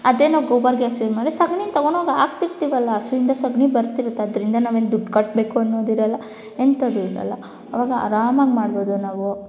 ಅದೇ ನಾವು gobar gas use ಮಾಡಿದ್ರೆ ಸೆಗಣಿನ ತೊಗೊಂಡೋಗಿ ಹಾಕ್ತಿರ್ತೀವಲ್ಲ ಹಸುವಿಂದ ಸೆಗಣಿ ಬರ್ತಿರುತ್ತೆ ಆದ್ರಿಂದ ನಾವೇನು ದುಡ್ಡು ಕಟ್ಬೇಕು ಅನ್ನೋದಿರೊಲ್ಲ ಎಂಥದು ಇರೊಲ್ಲ ಆವಾಗ ಅರಾಮಾಗಿ ಮಾಡಬೋದು ನಾವು